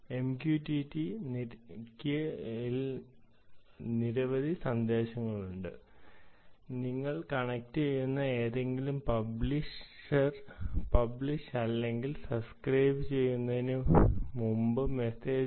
MQTT ൽ നിരവധി സന്ദേശങ്ങളുണ്ട് നിങ്ങൾ കണക്റ്റുചെയ്യുന്ന ഏതെങ്കിലും പബ്ലിഷർ പബ്ലിഷ് അല്ലെങ്കിൽ സബ്സ്ക്രൈബ് ചെയ്യുന്നതിനുമുമ്പ് മെസ്സേജ്